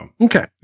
Okay